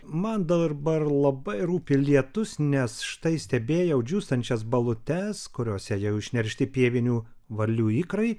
man dabar labai rūpi lietus nes štai stebėjau džiūstančias balutes kuriose jau išneršti pievinių varlių ikrai